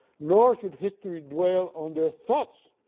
nor should history dwell on their thoughts,